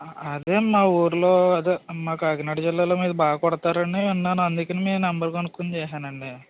అదే మా ఊరిలో అదే మా కాకినాడ జిల్లాలో మీరు బాగా కొడతారు అని విన్నాను అందుకని మీ నెంబర్ కనుక్కుని చేసాను అండి